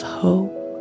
hope